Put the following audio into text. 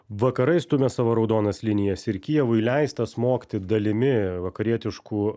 vakarai stumia savo raudonas linijas ir kijevui leista smogti dalimi vakarietiškų